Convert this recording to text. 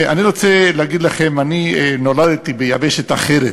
ואני רוצה להגיד לכם, אני נולדתי ביבשת אחרת.